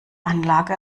anlage